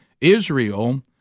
Israel